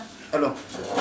hello